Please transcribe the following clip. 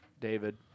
David